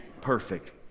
perfect